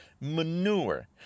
manure